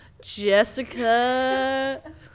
Jessica